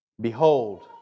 Behold